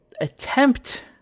attempt